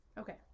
Okay